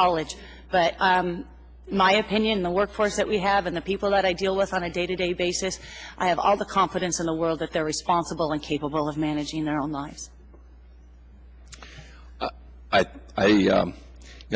college but in my opinion the workforce that we have and the people that i deal with on a day to day basis i have all the confidence in the world that they're responsible and capable of managing their own lives